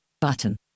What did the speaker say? Button